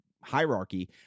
Hierarchy